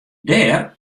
dêr